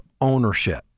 ownership